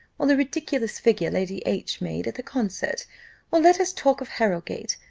or the ridiculous figure lady h made at the concert or let us talk of harrowgate,